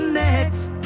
next